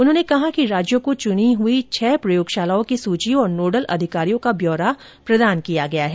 उन्होंने कहा कि राज्यों को चुनी हई छह प्रयोगशालाओं की सूची और नोडल अधिकारियों का ब्यौरा भी प्रदान किया गया है